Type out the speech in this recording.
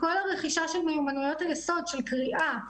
כל הרכישה של מיומנויות היסוד: של קריאה,